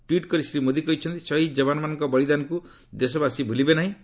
tweet କରି ଶ୍ରୀ ମୋଦି କହିଛନ୍ତି ଶହୀଦ୍ ଯବାନମାନଙ୍କ ବଳିଦାନକୁ ଦେଶବାସୀ କଦାପି ଭୁଲିବେ ନାହିଁ